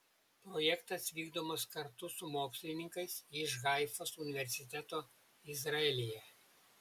projektas vykdomas kartu su mokslininkais iš haifos universiteto izraelyje